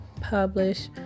publish